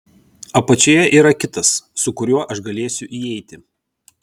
apačioje yra kitas su kuriuo aš galėsiu įeiti